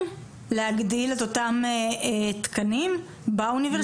להגדיל את אותם תקנים באוניברסיטאות?